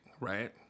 right